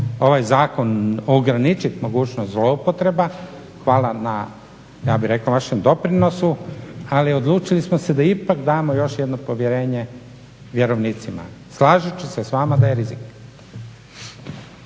ovaj zakon ograničiti mogućnost zloupotreba, hvala na, ja bih rekao vašem doprinosu, ali odlučili smo se da ipak damo još jedno povjerenje vjerovnicima slažući se s vama da je rizik.